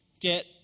get